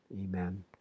amen